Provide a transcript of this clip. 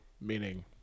meaning